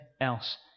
else